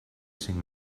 cinc